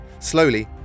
Slowly